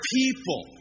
people